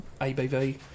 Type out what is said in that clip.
ABV